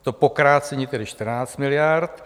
To pokrácení tedy 14 miliard.